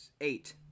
Eight